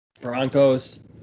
Broncos